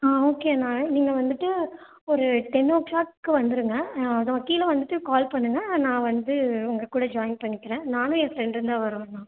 ஆ okay அண்ணா நீங்கள் வந்துவிட்டு ஒரு டென்னோ கிளாக் வந்துருங்க ஆ ஆதா கீழே வந்துவிட்டு கால் பண்ணுங்கள் நான் வந்து உங்க கூட ஜாயின் பண்ணிக்கிறேன் நானும் என் ஃபிரெண்டும் தான் வருவோம் அண்ணா